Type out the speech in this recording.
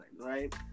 right